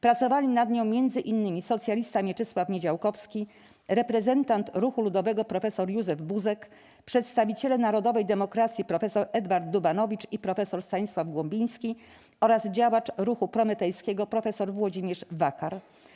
Pracowali nad nią m.in. socjalista Mieczysław Niedziałkowski, reprezentant ruchu ludowego prof. Józef Buzek, przedstawiciele narodowej demokracji: prof. Edward Dubanowicz i prof. Stanisław Głąbiński oraz działacz ruchu prometejskiego prof. Włodzimierz Wakar.